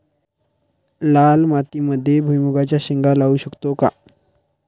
लाल मातीमध्ये भुईमुगाच्या शेंगा लावू शकतो का?